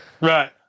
right